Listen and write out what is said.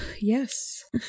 Yes